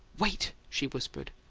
wait! she whispered.